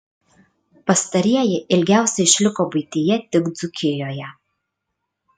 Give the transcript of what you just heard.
pastarieji ilgiausiai išliko buityje tik dzūkijoje